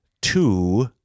two